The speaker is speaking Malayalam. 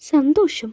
സന്തോഷം